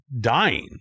dying